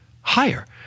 higher